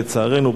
לצערנו,